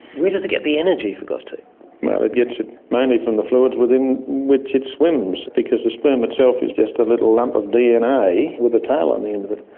where does it get the energy for god's sake? well, it gets it mainly from the fluids within which it swims, because the sperm itself is just a little um of dna with a tail on the end of it.